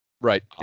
Right